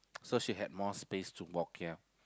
so she had more space to walk here